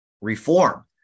reform